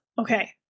Okay